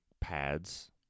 Pads